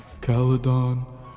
Caledon